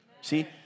see